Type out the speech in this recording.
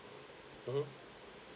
mmhmm